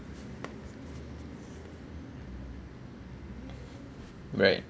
right